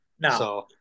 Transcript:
no